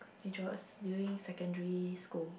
which was during secondary school